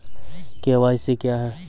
KYC क्या हैं?